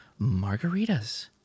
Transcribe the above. margaritas